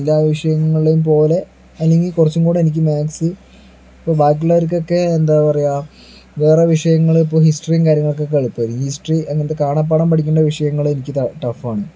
എല്ലാ വിഷയങ്ങളും പോലെ അല്ലെങ്കിൽ കുറച്ചുംകൂടെ എനിക്ക് മാക്സ് ഇപ്പോൾ ബാക്കിയുള്ളവർക്കൊക്കെ എന്താ പറയുക വേറെ വിഷയങ്ങള് ഇപ്പോൾ ഹിസ്റ്ററി കാര്യങ്ങളൊക്കെ എളുപ്പം ആയിരിക്കും ഇപ്പോൾ ഹിസ്റ്ററി അങ്ങനത്തെ കാണാപാഠം പഠിക്കേണ്ട വിഷയങ്ങള് എനിക്ക് ടഫാണ്